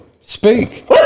Speak